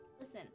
Listen